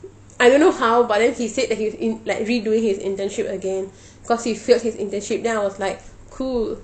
I don't know how but then he said that he was in like redoing his internship again cause he failed his internship then I was like cool